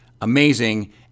amazing